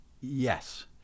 Yes